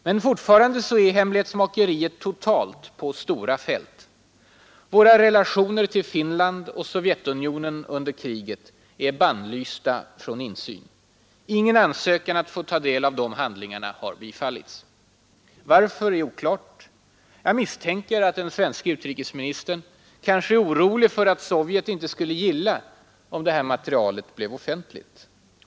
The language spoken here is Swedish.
Men fortfarande är hemlighetsmakeriet totalt på stora fält. Våra relationer till Finland och Sovjetunionen under kriget är bannlysta från insyn. Ingen ansökan att få ta del av de handlingarna har bifallits. Varför är oklart. Jag misstänker att den svenske utrikesministern kanske är orolig för att Sovjet inte skulle gilla om det här materialet blev offentligt.